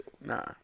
Nah